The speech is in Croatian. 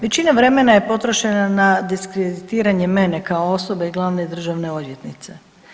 Većina vremena je potrošena na diskreditiranje mene kao osobe i glavne državne odvjetnice.